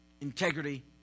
Integrity